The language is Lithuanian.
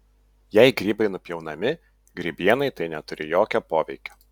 jei grybai nupjaunami grybienai tai neturi jokio poveikio